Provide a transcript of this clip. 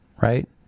Right